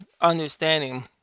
understanding